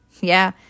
Yeah